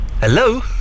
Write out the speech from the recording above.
Hello